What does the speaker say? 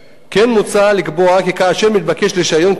כן מוצע לקבוע כי כאשר מתבקש רשיון כריתה,